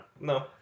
No